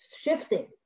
shifting